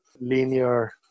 linear